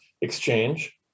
exchange